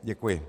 Děkuji.